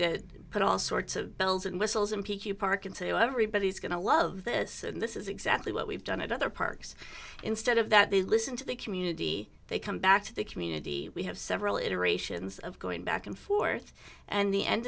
to put all sorts of bells and whistles in p q park and say oh everybody's going to love this and this is exactly what we've done it other parks instead of that they listen to the community they come back to the community we have several iterations of going back and forth and the end